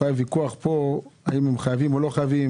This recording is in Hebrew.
היה ויכוח פה האם הם חייבים או לא חייבים